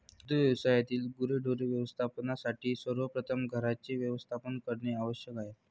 दुग्ध व्यवसायातील गुरेढोरे व्यवस्थापनासाठी सर्वप्रथम घरांचे व्यवस्थापन करणे आवश्यक आहे